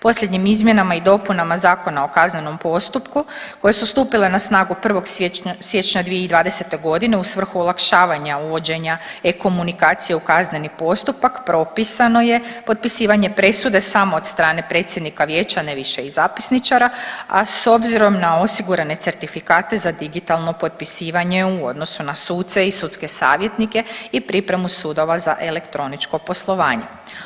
Posljednjim izmjenama i dopunama Zakona o kaznenom postupku koje su stupile na snagu 1. siječnja 2020. godine u svrhu olakšavanja uvođenja e-komunikacije u kazneni postupak propisano je potpisivanje presude samo od strane predsjednika vijeća ne više i zapisničara, a s obzirom na osigurane certifikate za digitalno potpisivanje u odnosu na suce i sudske savjetnike i pripremu sudova za elektroničko poslovanje.